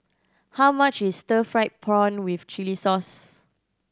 how much is stir fried prawn with chili sauce